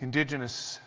indigenous